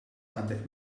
għandek